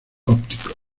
ópticos